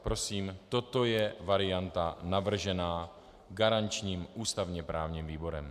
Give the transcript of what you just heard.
Prosím, toto je varianta navržená garančním ústavněprávním výborem.